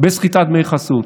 בסחיטת דמי חסות.